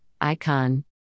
Icon